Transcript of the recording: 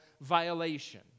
violation